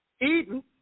Eden